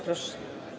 Proszę.